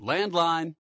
Landline